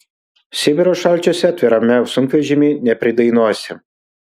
sibiro šalčiuose atvirame sunkvežimy nepridainuosi